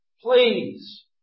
please